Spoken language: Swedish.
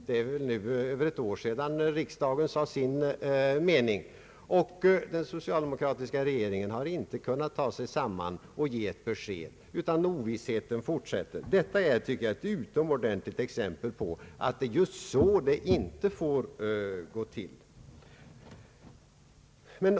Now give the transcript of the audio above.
Det är väl nu över ett år sedan riksdagen sade sin mening, och den socialdemokratiska regeringen har inte kunnat ta sig samman och ge ett besked, utan ovissheten fortsätter. Detta är ett utomordentligt exempel på att det är just så det inte får gå till.